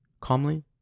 calmly